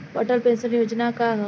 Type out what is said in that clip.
Atal pension योजना का ह?